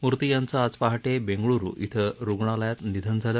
मूर्ती यांचं आज पहाटे बेंगळुरू श्री रुग्णालयात निधन झालं